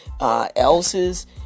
else's